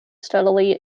steadily